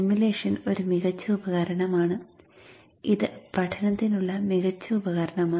simulation ഒരു മികച്ച ഉപകരണമാണ് ഇത് പഠനത്തിനുള്ള മികച്ച ഉപകരണമാണ്